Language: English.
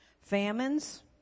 Famines